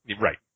Right